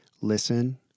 listen